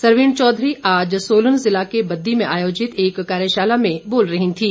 सरवीण चौधरी आज सोलन जिला के बद्दी में आयोजित एक कार्यशाला में बोल रही थीं